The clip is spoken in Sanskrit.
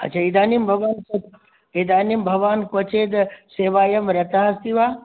अच्छा इदानीं भवान् इदानीं भवान् क्वचित् सेवायां रतः अस्ति वा